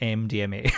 mdma